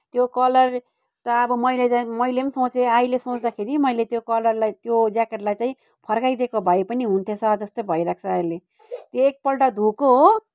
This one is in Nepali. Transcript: त्यो कलर त अब मैले चाहिँ मैले नि सोचेँ अहिले सोच्दाखेरि मैले त्यो कलरलाई त्यो ज्याकेटलाई चाहिँ फर्काइ दिएको भए पनि हुने थिएछ भइरहेको छ अहिले एकपल्ट धोएको हो